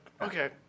okay